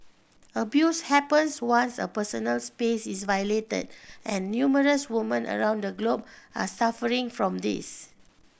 abuse happens once a personal space is violated and numerous women around the globe are suffering from this